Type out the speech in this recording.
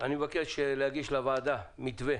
אני מבקש להגיש לוועדה מתווה